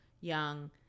young